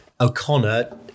O'Connor